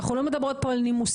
אנחנו לא מדברות פה על נימוסים,